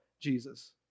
Jesus